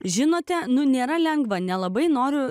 žinote nu nėra lengva nelabai noriu